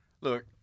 Look